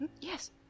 Yes